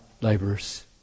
laborers